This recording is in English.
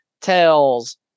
tails